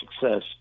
success